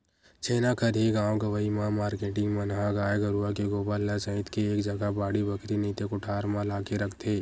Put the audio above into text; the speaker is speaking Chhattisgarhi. छेना खरही गाँव गंवई म मारकेटिंग मन ह गाय गरुवा के गोबर ल सइत के एक जगा बाड़ी बखरी नइते कोठार म लाके रखथे